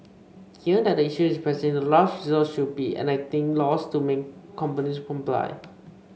given that the issue is pressing the last resort would be enacting laws to make companies comply